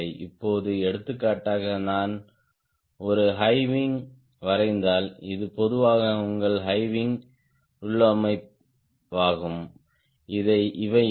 இப்போது எடுத்துக்காட்டாக நான் ஒரு ஹை விங் வரைந்தால் இது பொதுவாக உங்கள் ஹை விங் உள்ளமைவாகும் இவை என்ன